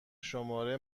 شماره